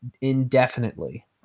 indefinitely